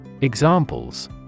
Examples